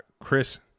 Chris